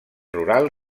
rural